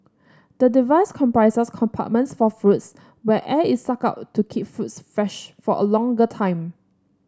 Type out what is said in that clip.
the device comprises compartments for fruits where air is sucked out to keep fruits fresh for a longer time